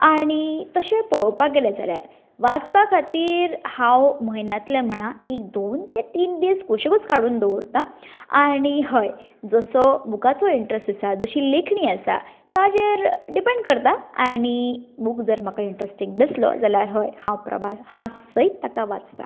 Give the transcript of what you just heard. आनी तशें पळोवपाक गेलें जाल्यार वाचपा खातीर हांव म्हयन्यांतल्यान म्हणा एक दोन ते तीन दीस कुशीनूच काडून दवरता आनी हय जसो बुकाचो इंट्रस्ट आसा जशी लेखणी आसा ताचेर डिपेंड करता आनी बूक जर म्हाका इंट्रस्टिंग दिसलो जाल्यार हय हांव सयत ताका वाचता